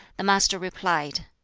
the master replied,